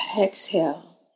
Exhale